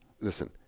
Listen